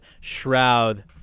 Shroud